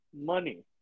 money